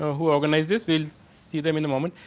who organized this feels see them in the moment.